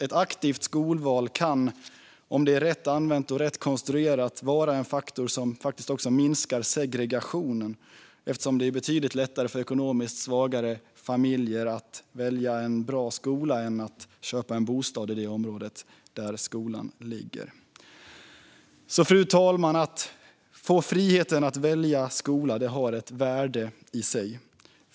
Ett aktivt skolval kan, om det är rätt använt och rätt konstruerat, vara en faktor som faktiskt också minskar segregation, eftersom det är betydligt lättare för ekonomiskt svagare familjer att välja en bra skola än att köpa en bostad i det område där skolan ligger. Fru talman! Att få frihet att välja skola har ett värde i sig.